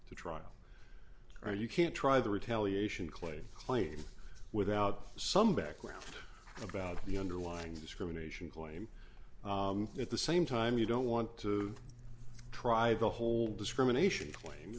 to trial or you can try the retaliation claim claim without some background about the underlying discrimination claim at the same time you don't want to try the whole discrimination claim